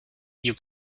you